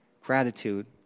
gratitude